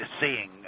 seeing